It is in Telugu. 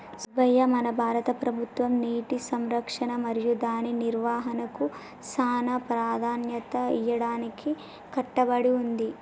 సుబ్బయ్య మన భారత ప్రభుత్వం నీటి సంరక్షణ మరియు దాని నిర్వాహనకు సానా ప్రదాన్యత ఇయ్యడానికి కట్టబడి ఉంది